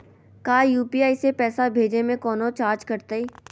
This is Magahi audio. का यू.पी.आई से पैसा भेजे में कौनो चार्ज कटतई?